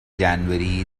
january